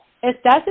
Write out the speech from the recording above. Estás